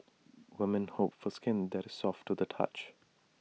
women hope for skin that is soft to the touch